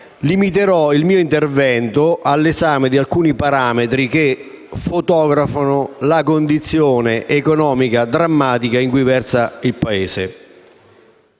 Limiterò il mio intervento all'esame di alcuni parametri che fotografano la drammatica condizione economica in cui versa il Paese.